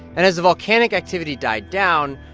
and as the volcanic activity died down,